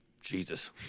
Jesus